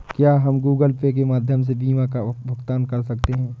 क्या हम Google Pay के माध्यम से बीमा का भुगतान कर सकते हैं?